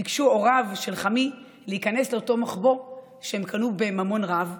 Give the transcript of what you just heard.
ביקשו הוריו של חמי להיכנס לאותו מחבוא שהם קנו בממון רב,